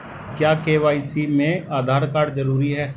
क्या के.वाई.सी में आधार कार्ड जरूरी है?